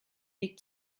weg